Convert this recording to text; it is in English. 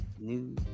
new